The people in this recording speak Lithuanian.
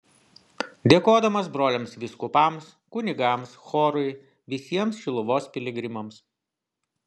dėkodamas broliams vyskupams kunigams chorui visiems šiluvos piligrimams